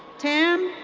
tam